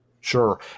Sure